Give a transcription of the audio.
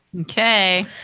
okay